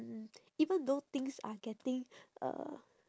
mm even though things are getting uh